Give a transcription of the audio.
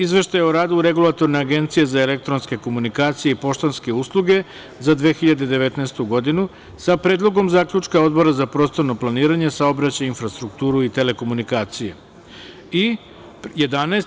Izveštaj o radu Regulatorne agencije za elektronske komunikacije i poštanske usluge za 2019. godinu, sa Predlog zaključka Odbora za prostorno planiranje, saobraćaj, infrastrukturu i telekomunikacije; 11.